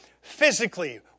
physically